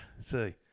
See